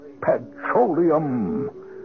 petroleum